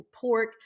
pork